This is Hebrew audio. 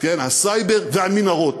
הסייבר והמנהרות.